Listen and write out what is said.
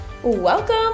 Welcome